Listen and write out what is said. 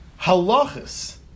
halachas